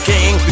King